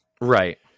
right